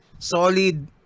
Solid